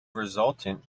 resultant